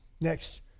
Next